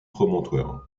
promontoire